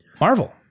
Marvel